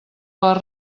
les